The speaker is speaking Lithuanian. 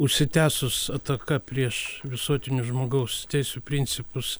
užsitęsus ataka prieš visuotinius žmogaus teisių principus